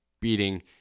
beating